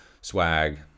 swag